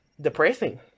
depressing